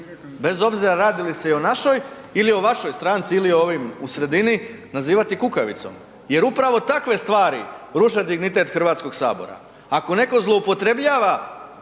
bez obzira radi li se i o našoj ili o vašoj stranci ili o ovim u sredini nazivati kukavicom. Jer upravo takve stvari ruše dignitet Hrvatskog sabora. Ako netko zloupotrjebljava